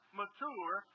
mature